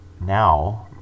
now